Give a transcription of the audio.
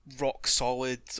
rock-solid